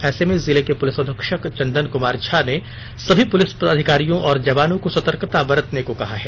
ऐसे में जिले के पुलिस अधीक्षक चंदन कुमार झा ने सभी पुलिस अधिकारियों और जवानों को सतर्कता बरतने को कहा है